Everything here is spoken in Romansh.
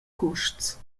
cuosts